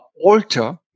alter